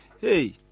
hey